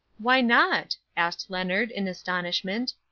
why not? asked leonard, in astonishment.